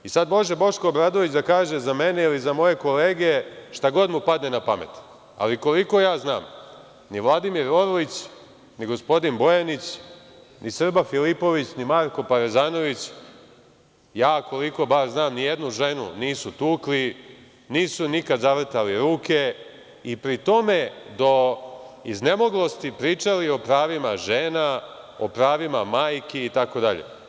Sada može Boško Obradović da kaže za mene ili za moje kolege šta god mu padne na pamet, ali koliko ja znam, ni Vladimir Orlić, ni gospodin Bojanić, ni Srba Filipović, ni Marko Parezanović, koliko ja znam, nijednu ženu nisu tukli, nisu im nikad zavrtali ruke i pri tome do iznemoglosti pričali o pravima ženama, o pravima majki itd.